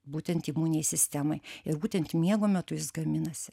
būtent imuninei sistemai ir būtent miego metu jis gaminasi